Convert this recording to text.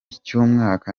cy’umwaka